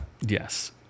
Yes